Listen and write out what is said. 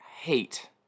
hate